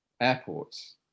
airports